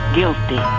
guilty